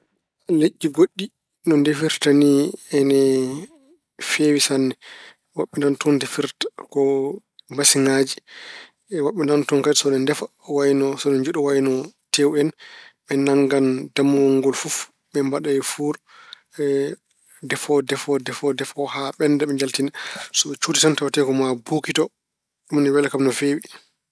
Leƴƴi goɗɗi no ndefirta ni ine feewi sanne. Woɓɓe nana toon ndefirta ko masiŋaaji. Woɓɓe nana toon kadi so ene ndefa, so ne njuɗa wayno tewu en, ɓe nanngan dammuwol ngol fof ɓe mbaɗa e fuur, defo defo haa ɓennda, ɓe njaltina. So ɓe cuuti tan tawatee ko maa buugito. Ɗum ina wela kam no feewi.